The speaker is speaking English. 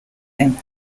him